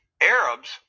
Arabs